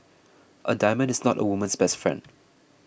a diamond is not a woman's best friend